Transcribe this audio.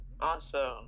Awesome